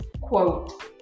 quote